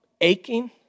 aching